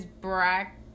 Brack